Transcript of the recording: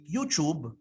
YouTube